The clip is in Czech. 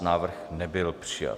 Návrh nebyl přijat.